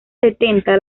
setenta